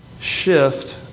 shift